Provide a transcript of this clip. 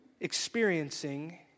experiencing